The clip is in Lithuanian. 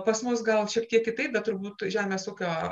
pas mus gal šiek tiek kitaip bet turbūt žemės ūkio